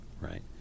right